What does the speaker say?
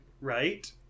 right